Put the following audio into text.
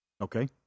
Okay